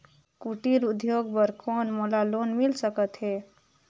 कुटीर उद्योग बर कौन मोला लोन मिल सकत हे?